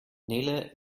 nele